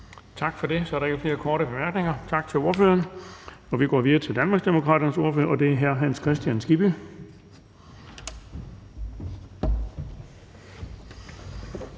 Bonnesen): Der er ikke flere korte bemærkninger. Tak til ordføreren. Vi går videre til Danmarksdemokraternes ordfører, og det er hr. Hans Kristian Skibby.